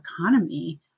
economy